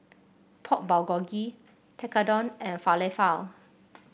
Pork Bulgogi Tekkadon and Falafel